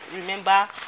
remember